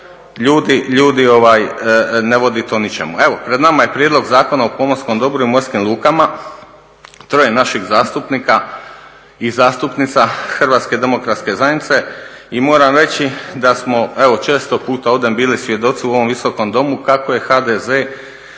jer ljudi ne vodi to ničemu. Evo, pred nama je Prijedlog zakona o pomorskom dobru i morskim lukama, troje naših zastupnika i zastupnica Hrvatske demokratske zajednice i moram reći da smo evo često puta ovdje bili svjedoci u ovom Visokom domu kako je HDZ